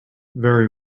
very